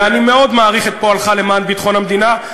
ואני מאוד מעריך את פועלך למען ביטחון המדינה.